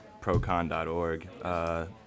procon.org